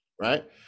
Right